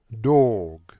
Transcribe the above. dog